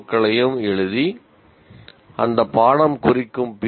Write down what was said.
க்களையும் எழுதி அந்த பாடம் குறிக்கும் பி